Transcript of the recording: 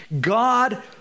God